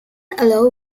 allow